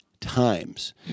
times